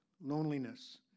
loneliness